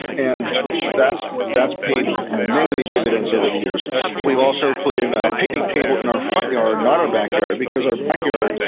and that's that's paid many, many dividends over the years we've also put in a picnic table in our front yard, not our backyard, because our backyard,